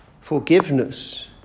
forgiveness